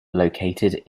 located